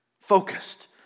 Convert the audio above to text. focused